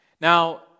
now